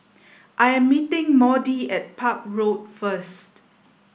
I am meeting Maudie at Park Road first